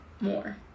more